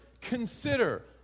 consider